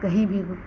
कहीं भी